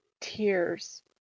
Tears